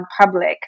public